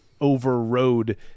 overrode